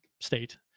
state